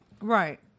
Right